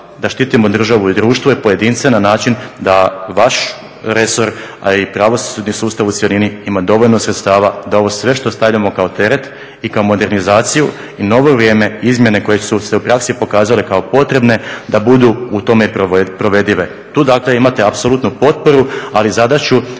da štitimo državu i društvo i pojedince na način da vaš resor, a i pravosudni sustav u cjelini ima dovoljno sredstava da ovo sve što stavljamo kao teret i kao modernizaciju i novo vrijeme, izmjene koje su se u praksi pokazale kao potrebne da budu u tome provedive. Tu dakle imate apsolutnu potporu, ali i zadaću